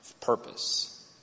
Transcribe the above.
purpose